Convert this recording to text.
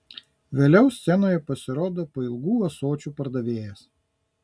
vėliau scenoje pasirodo pailgų ąsočių pardavėjas